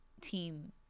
team